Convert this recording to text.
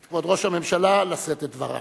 את כבוד ראש הממשלה לשאת את דבריו.